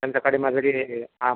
कारण सकाळी माझं जे आ